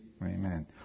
Amen